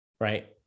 Right